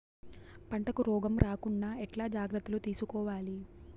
పంటకు రోగం రాకుండా ఎట్లా జాగ్రత్తలు తీసుకోవాలి?